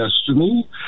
Destiny